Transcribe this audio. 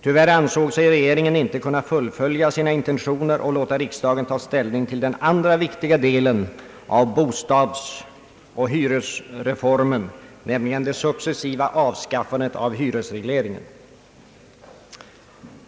Tyvärr ansåg sig regeringen inte kunna fullfölja sina intentioner och låta riksdagen ta ställning till den andra viktiga delen av bostadsoch hyresreformen, nämligen det successiva avskaffandet av hyresregleringen.